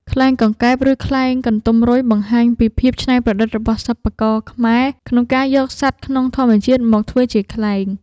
ខ្លែងកង្កែប និងខ្លែងកន្ទុំរុយ បង្ហាញពីភាពច្នៃប្រឌិតរបស់សិប្បករខ្មែរក្នុងការយកសត្វក្នុងធម្មជាតិមកធ្វើជាខ្លែង។